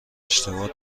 اشتباه